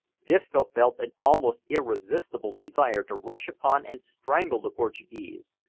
disco felt an almost irresistible desire to rush upon and strangle the portuguese,